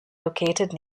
located